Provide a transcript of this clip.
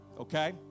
okay